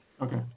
Okay